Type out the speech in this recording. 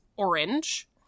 orange